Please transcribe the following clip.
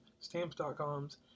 Stamps.com's